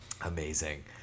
amazing